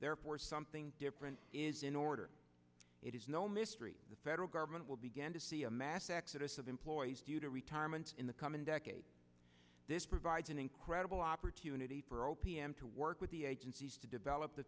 therefore something different is in order it is no mystery the federal government will begin to see a mass exodus of employees due to retirement in the coming decade this provides an incredible opportunity for o p m to work with the agencies to develop the